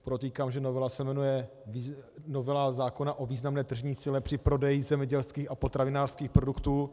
Podotýkám, že novela se jmenuje novela zákona o významné tržní síle při prodeji zemědělských a potravinářských produktů.